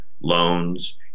loans